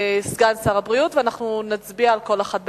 סגן שר הבריאות, ואנחנו נצביע על כל אחת בנפרד.